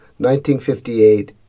1958